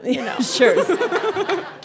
sure